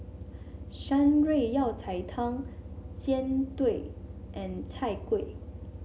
Shan Rui Yao Cai Tang Jian Dui and Chai Kuih